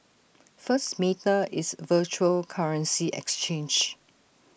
first meta is A virtual currency exchange